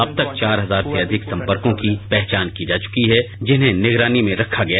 अब तक चार हजार से अधिक सम्पर्कों की पहचान की जा चुकी है जिन्हें निगरानी में रखा गया है